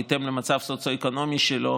בהתאם למצב הסוציו-אקונומי שלו,